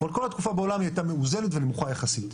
אבל כל התקופה בעולם היא הייתה מאוזנת ונמוכה יחסית.